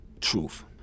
truth